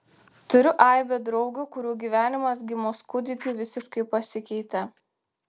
turiu aibę draugių kurių gyvenimas gimus kūdikiui visiškai pasikeitė